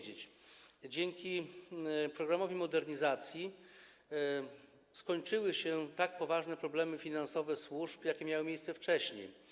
Dzięki programowi modernizacji skończyły się tak poważne problemy finansowe służb, jakie miały miejsce wcześniej.